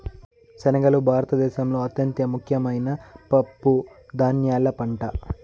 శనగలు భారత దేశంలో అత్యంత ముఖ్యమైన పప్పు ధాన్యాల పంట